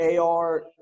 ar